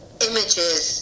images